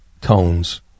tones